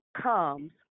comes